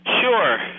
Sure